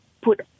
put